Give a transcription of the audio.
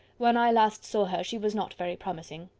when i last saw her, she was not very promising.